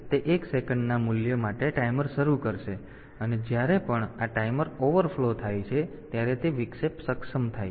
તેથી તે 1 સેકન્ડના મૂલ્ય માટે ટાઈમર શરૂ કરશે અને જ્યારે પણ આ ટાઈમર ઓવરફ્લો થાય છે ત્યારે વિક્ષેપ સક્ષમ થાય છે